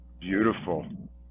beautiful